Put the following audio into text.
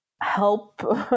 help